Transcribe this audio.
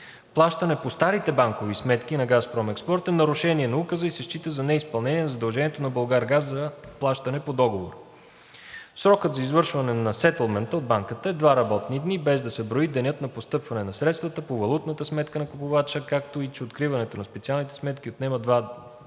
Плащане по старите банкови сметки на ООО „Газпром Експорт“ е нарушение на Указа и се счита за неизпълнение на задължението на „Булгаргаз“ за плащане по Договора. Срокът за извършване на сетълмента от банката е два работни дни, без да се брои денят на постъпване на средствата по валутната сметка на купувача, както и че откриването на специалните сметки отнема два